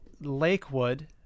Lakewood